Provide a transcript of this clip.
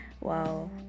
Wow